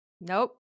Nope